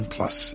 Plus